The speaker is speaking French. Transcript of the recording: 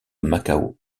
macao